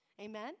Amen